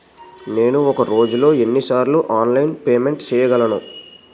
నేను ఒక రోజులో ఎన్ని సార్లు ఆన్లైన్ పేమెంట్ చేయగలను?